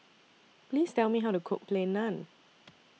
Please Tell Me How to Cook Plain Naan